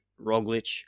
Roglic